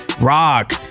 rock